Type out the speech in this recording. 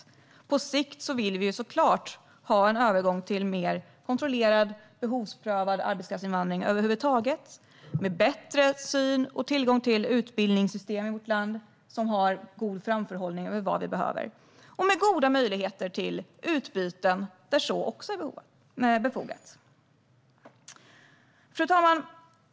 På sikt vill vi såklart ha en övergång till mer kontrollerad, behovsprövad arbetskraftsinvandring över huvud taget, med bättre tillgång till utbildningssystem i vårt land, med en god framförhållning när det gäller vad vi behöver och goda möjligheter till utbyten när så är befogat. Fru talman!